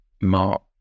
Mark